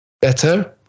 better